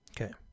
Okay